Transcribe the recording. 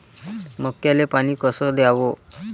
मक्याले पानी कस द्याव?